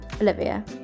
Olivia